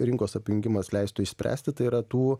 rinkos apjungimas leistų išspręsti tai yra tų